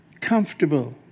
comfortable